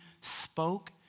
spoke